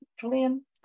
Julian